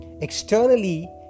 Externally